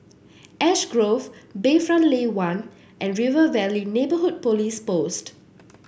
Ash Grove Bayfront Lane One and River Valley Neighbourhood Police Post